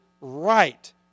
right